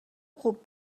خوب